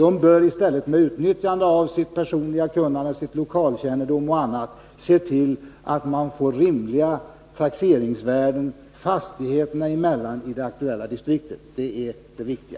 De bör i stället med utnyttjande av sitt personliga kunnande, sin lokalkännedom och annat, se till att det i det aktuella distriktet blir rimliga taxeringsvärden fastigheterna emellan. Det är det som är det viktiga.